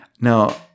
now